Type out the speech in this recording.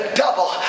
double